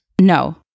No